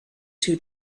two